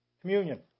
Communion